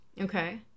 okay